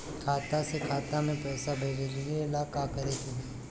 खाता से खाता मे पैसा भेजे ला का करे के होई?